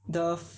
the